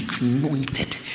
anointed